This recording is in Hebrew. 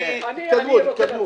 תתקדמו, תתקדמו.